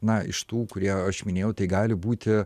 na iš tų kurie aš minėjau tai gali būti